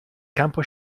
campo